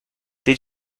den